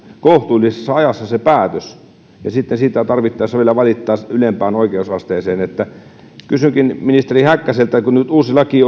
kohtuullisessa ajassa päätös ja sitten siitä tarvittaessa voi vielä valittaa ylempään oikeusasteeseen kysynkin ministeri häkkäseltä kun nyt uusi laki